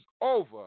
over